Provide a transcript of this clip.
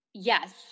Yes